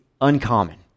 uncommon